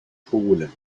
polen